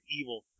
Evil